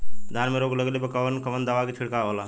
धान में रोग लगले पर कवन कवन दवा के छिड़काव होला?